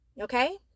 Okay